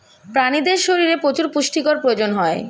প্রাণীদের শরীরে প্রচুর পুষ্টির প্রয়োজন হয়